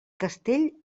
castell